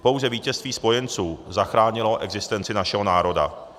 Pouze vítězství spojenců zachránilo existenci našeho národa.